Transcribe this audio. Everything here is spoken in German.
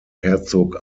herzog